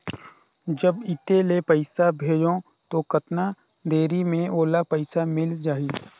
जब इत्ते ले पइसा भेजवं तो कतना देरी मे ओला पइसा मिल जाही?